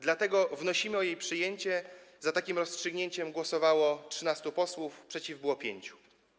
Dlatego wnosimy o jej przyjęcie, za takim rozstrzygnięciem głosowało 13 posłów, przeciw było 5.